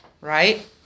right